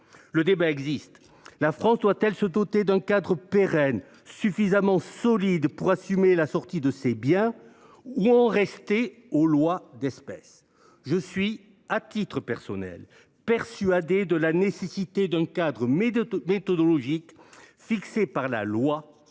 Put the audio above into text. Le débat existe : la France doit elle se doter d’un cadre pérenne suffisamment solide pour assumer la sortie de ces biens, ou en rester aux lois d’espèce ? Je suis à titre personnel persuadé de la nécessité d’un cadre méthodologique fixé par la loi,